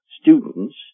students